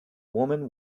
woman